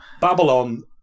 Babylon